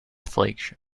flagship